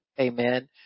Amen